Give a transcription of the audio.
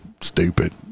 stupid